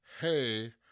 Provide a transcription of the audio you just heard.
hey